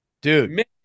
Dude